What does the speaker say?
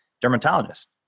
dermatologist